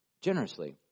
generously